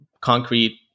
concrete